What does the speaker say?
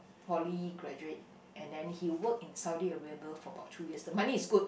poly graduated and then he works in Saudi-Arabia for about two years the money is good